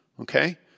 Okay